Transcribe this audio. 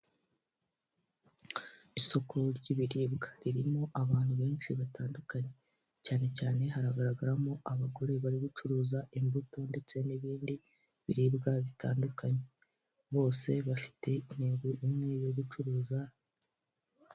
Isoko ry'ibiribwa ririmo abantu benshi batandukanye, cyane cyane hagaragaramo abagore bari gucuruza imbuto ndetse n'ibindi biribwa bitandukanye bose bafite intego imwe yo gucuruza.